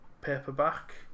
paperback